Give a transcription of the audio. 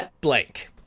blank